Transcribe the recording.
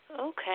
Okay